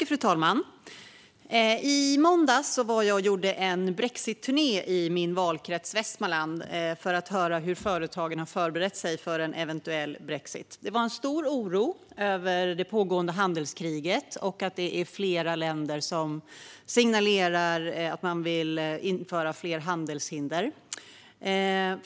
Fru talman! I måndags gjorde jag en brexitturné i min valkrets, Västmanland, för att höra hur företagen har förberett sig för en eventuell brexit. Det fanns en stor oro över det pågående handelskriget och över att flera länder signalerar att de vill införa fler handelshinder.